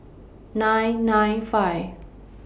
nine nine five